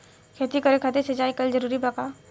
खेती करे खातिर सिंचाई कइल जरूरी बा का?